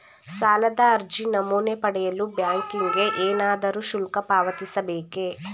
ಸಾಲದ ಅರ್ಜಿ ನಮೂನೆ ಪಡೆಯಲು ಬ್ಯಾಂಕಿಗೆ ಏನಾದರೂ ಶುಲ್ಕ ಪಾವತಿಸಬೇಕೇ?